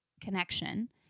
connection